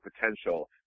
potential